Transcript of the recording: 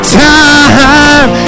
time